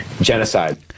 genocide